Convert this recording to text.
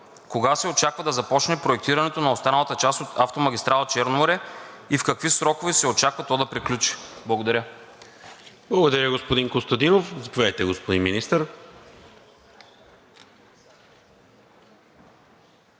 Кога се очаква да започне проектирането на останалата част от автомагистрала „Черно море“? В какви срокове се очаква то да приключи? Благодаря. ПРЕДСЕДАТЕЛ НИКОЛА МИНЧЕВ: Благодаря, господин Костадинов. Заповядайте, господин Министър.